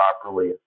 properly